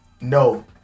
No